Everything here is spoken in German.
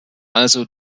also